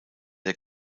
der